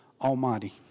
Almighty